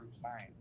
science